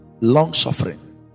long-suffering